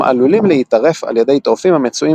הם עלולים להיטרף על ידי טורפים המצויים